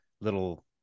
little